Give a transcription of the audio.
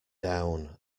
down